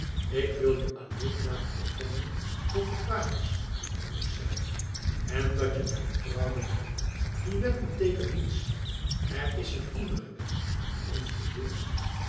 ik wil je alleen laten bekennen dat het waar is wat ik zeg en dat je mijn vrouw nog bent die wet beteekent niets er is een andere wet die ons beheerscht